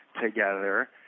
together